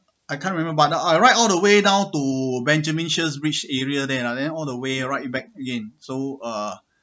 I can't remember but I ride all the way down to benjamin sheares bridge area there lah then all the way ride it back again so uh